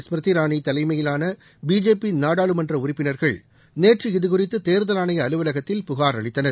ஸ்மிருதி இரானி தலைமையிலான பிஜேபி நாடாளுமன்ற உறுப்பினர்கள் நேற்று இதுகுறித்து தேர்தல் ஆணைய அலுவலகத்தில் புகார் அளித்தனர்